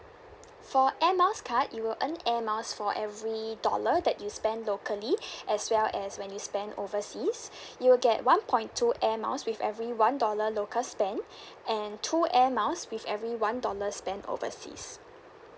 for air miles card you will earn air miles for every dollar that you spent locally as well as when you spend overseas you will get one point two air miles with every one dollar local spend and two air miles with every one dollar spent overseas